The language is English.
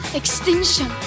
extinction